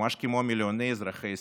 ממש כמו מיליוני אזרחי ישראל.